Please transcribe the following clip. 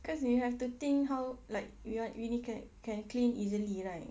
cause we have to think how like we are really can can clean easily right